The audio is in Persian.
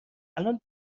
الان